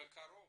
מקרוב